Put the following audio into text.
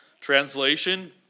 Translation